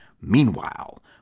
Meanwhile